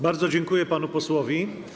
Bardzo dziękuję panu posłowi.